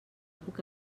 puc